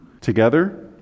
together